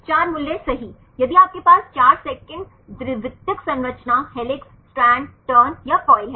4 मूल्य सही यदि आपके पास 4 सेकंड द्वितीयक संरचना हेलिक्स स्ट्रैंड टर्न या कॉइल है